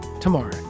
tomorrow